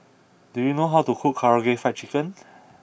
do you know how to cook Karaage Fried Chicken